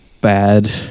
bad